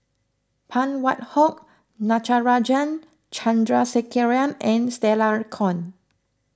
Phan Wait Hong Natarajan Chandrasekaran and Stella Kon